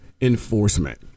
enforcement